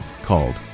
called